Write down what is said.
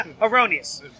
erroneous